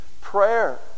prayer